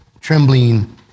trembling